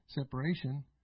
separation